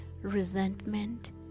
Resentment